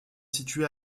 située